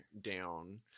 down